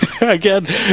Again